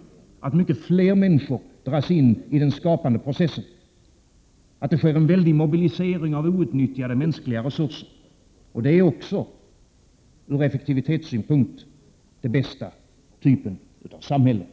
— att mycket fler människor dras in i den skapande processen, att det sker en väldig mobilisering av outnyttjade mänskliga resurser. Det är också ur effektivitetssynpunkt den bästa typen av samhälle.